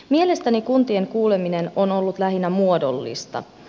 mielestäni kuntien kuuleminen on ollut lähinnä muodollista